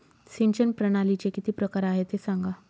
सिंचन प्रणालीचे किती प्रकार आहे ते सांगा